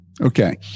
Okay